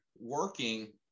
working